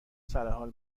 سرحال